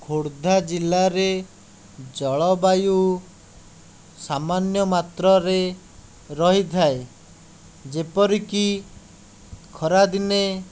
ଖୋର୍ଦ୍ଧା ଜିଲ୍ଲାରେ ଜଳବାୟୁ ସାମାନ୍ୟ ମାତ୍ରାରେ ରହିଥାଏ ଯେପରିକି ଖରାଦିନେ